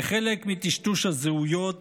כחלק מטשטוש הזהויות